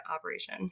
operation